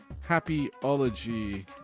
happy-ology